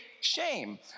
shame